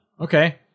Okay